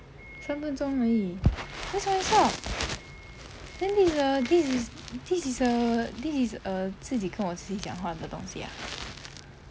三分钟而已为什么会这样 then this is a this is this is a this is a 自己跟我自己讲话的东西 ah